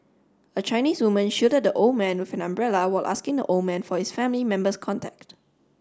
a Chinese woman shielded the old man with an umbrella while asking the old man for his family member's contact